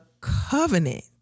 covenant